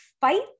fight